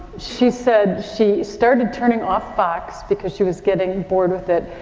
she said she started turning off fox because she was getting bored with it,